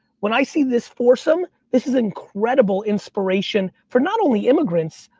when i see this foursome, this is incredible inspiration for not only immigrants,